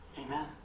Amen